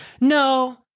No